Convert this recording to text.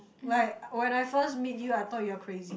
like when I first meet you I thought you are crazy